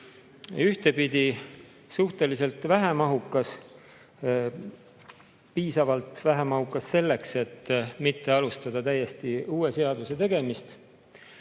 ühtpidi suhteliselt vähemahukas, piisavalt vähemahukas selleks, et mitte alustada täiesti uue seaduse tegemist,